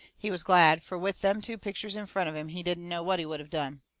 he was glad, fur with them two pictures in front of him he didn't know what he would of done.